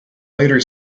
later